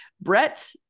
brett